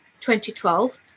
2012